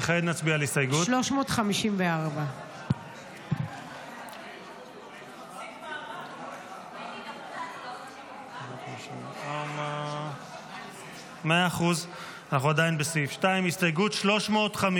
וכעת נצביע על הסתייגות 354. אנחנו עדיין בסעיף 2. הסתייגות 354,